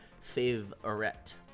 favorite